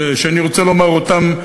שאני רוצה לומר אותן,